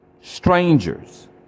strangers